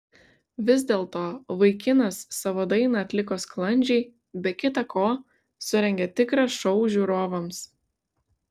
vis dėlto vaikinas savo dainą atliko sklandžiai be kita ko surengė tikrą šou žiūrovams